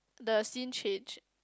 the scene changed